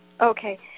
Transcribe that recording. Okay